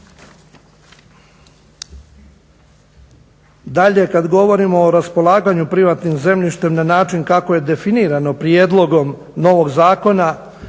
Dalje, kad govorimo o raspolaganju privatnim zemljištem na način kako je definirano prijedlogom novog zakona